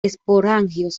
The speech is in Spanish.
esporangios